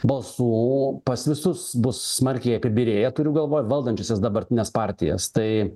balsų pas visus bus smarkiai apibyrėję turiu galvoj valdančiąsias dabartines partijas tai